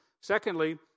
Secondly